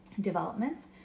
developments